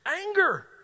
Anger